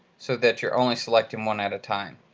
so that you're only selecting one at a time.